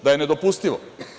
Da je nedopustivo.